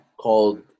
called